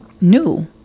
new